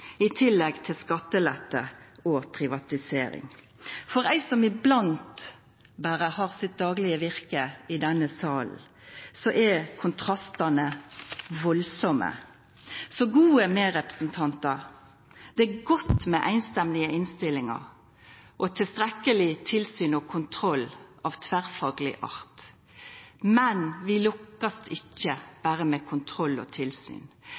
i tillegg til skattelette og privatisering. For ei som berre iblant har sitt daglege virke i denne salen, er kontrastane veldige. Så gode medrepresentantar: Det er godt med samrøystes innstillingar og tilstrekkeleg tilsyn og kontroll av tverrfagleg art, men vi lukkast ikkje berre med kontroll og tilsyn.